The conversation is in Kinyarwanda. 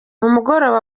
mugoroba